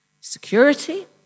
security